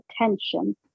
attention